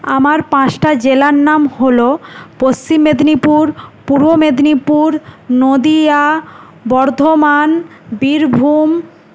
আমার পাঁচটা জেলার নাম হল পশ্চিম মেদিনীপুর পূর্ব মেদিনীপুর নদীয়া বর্ধমান বীরভূম